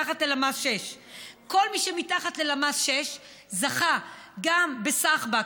מתחת ללמ"ס 6. כל מי שמתחת ללמ"ס 6 זכה גם בשחב"ק,